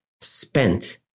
spent